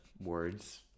words